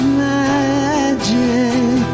magic